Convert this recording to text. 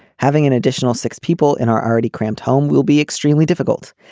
having an additional six people in our already cramped home will be extremely difficult.